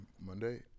Monday